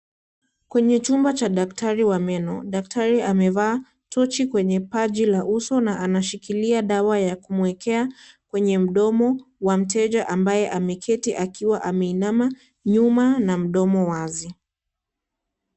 Kwenye chumba cha daktari wa meno, daktari amevaa tochi kwenye paji la uso na anashikilia dawa ya kumuekea kwenye mdomo wa mteja ambaye ameketi akiwa ameinama nyuma na mdomo wazi.